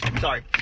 Sorry